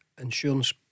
insurance